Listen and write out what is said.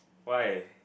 why